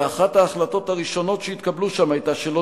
ואחת ההחלטות הראשונות שהתקבלו שם היתה שלא